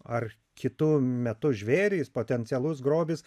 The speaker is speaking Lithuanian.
ar kitu metu žvėrys potencialus grobis